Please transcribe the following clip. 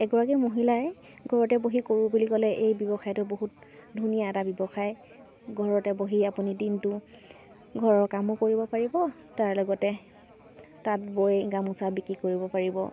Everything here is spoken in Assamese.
এগৰাকী মহিলাই ঘৰতে বহি কৰোঁ বুলি ক'লে এই ব্যৱসায়টো বহুত ধুনীয়া এটা ব্যৱসায় ঘৰতে বহি আপুনি দিনটো ঘৰৰ কামো কৰিব পাৰিব তাৰ লগতে তাঁত বৈ গামোচা বিক্ৰী কৰিব পাৰিব